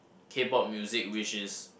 K-pop music which is